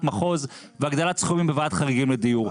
מחוז והגדלת סכומים בוועדת חריגים לדיור.